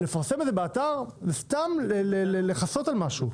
לפרסם את זה באתר זה סתם לכסות על משהו.